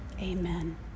Amen